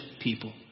people